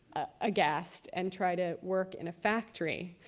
aghast, and try to work in a factory.